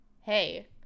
hey